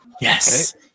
yes